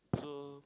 so